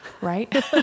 right